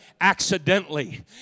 accidentally